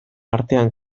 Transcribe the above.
artean